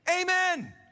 amen